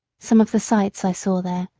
some of the sights i saw there,